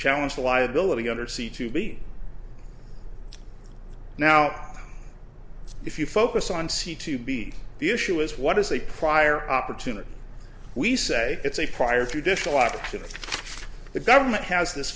challenge the liability under sea to be now if you focus on c to be the issue is what is a prior opportunity we say it's a prior to dish a lot of the government has this